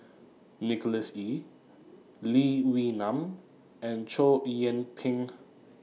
Nicholas Ee Lee Wee Nam and Chow Yian Ping